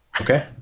okay